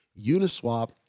Uniswap